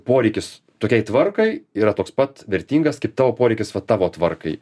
poreikis tokiai tvarkai yra toks pat vertingas kaip tavo poreikis va tavo tvarkai